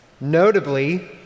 Notably